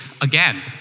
again